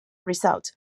result